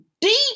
deep